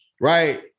right